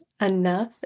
Enough